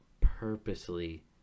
purposely